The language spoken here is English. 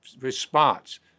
response